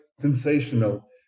sensational